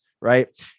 right